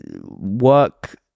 work